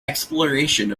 exploration